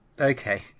Okay